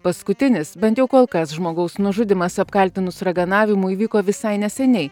paskutinis bent jau kol kas žmogaus nužudymas apkaltinus raganavimu įvyko visai neseniai